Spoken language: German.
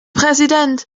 präsident